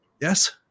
Yes